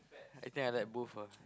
I think I like both ah